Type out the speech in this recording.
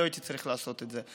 לא הייתי צריך לעשות את זה.